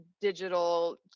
digital